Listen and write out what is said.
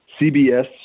CBS